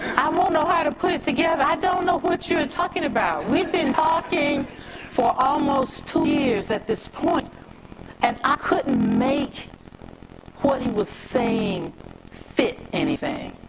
i wouldn't um ah know how to put it together. i don't know what you're talking about. we've been talking for almost two years at this point and i couldn't make what he was saying fit anything.